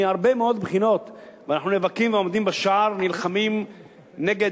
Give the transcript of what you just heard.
מהרבה מאוד בחינות אנחנו עומדים בשער ונאבקים ונלחמים נגד